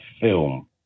film